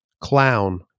clown